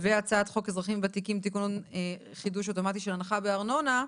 והצעת חוק אזרחים ותיקים (תיקון חידוש אוטומטי של הנחה בארנונה),